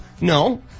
No